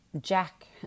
jack